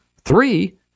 Three